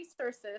resources